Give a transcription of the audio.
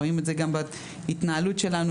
רואים את זה גם בהתנהלות שלנו,